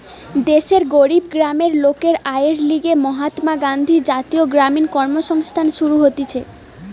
দেশের গরিব গ্রামের লোকের আয়ের লিগে মহাত্মা গান্ধী জাতীয় গ্রামীণ কর্মসংস্থান শুরু হতিছে